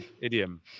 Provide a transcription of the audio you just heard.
idiom